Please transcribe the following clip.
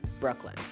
Brooklyn